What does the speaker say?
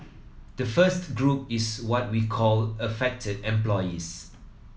the first group is what we called affected employees